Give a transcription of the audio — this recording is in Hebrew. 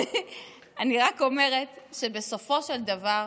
אני רק אומרת שבסופו של דבר,